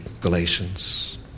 Galatians